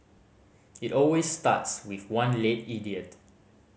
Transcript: it always starts with one late idiot